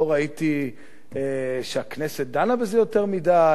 לא ראיתי שהכנסת דנה בזה יותר מדי,